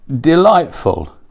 delightful